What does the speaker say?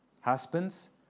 Husbands